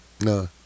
No